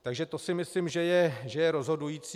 Takže to si myslím, že je rozhodující.